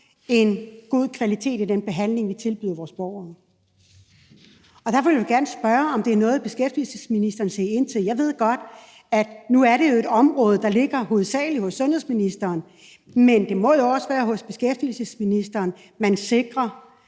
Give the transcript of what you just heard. en god kvalitet i den behandling, vi tilbyder vores borgere, og derfor vil jeg gerne spørge, om det er noget, beskæftigelsesministeren vil se på. Jeg ved godt, at det jo er et område, der hovedsagelig ligger hos sundhedsministeren, men det må jo også være hos beskæftigelsesministeren, at man sikrer,